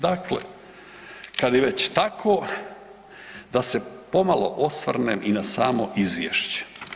Dakle, kad je već tako da se pomalo osvrnem i na samo izvješće.